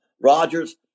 Rogers